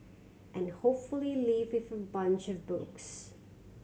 and hopefully leave with a bunch of books